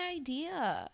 idea